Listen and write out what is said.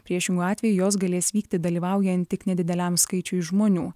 priešingu atveju jos galės vykti dalyvaujant tik nedideliam skaičiui žmonių